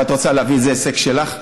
מה, את רוצה להביא את זה הישג שלך?